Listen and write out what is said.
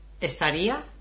¿estaría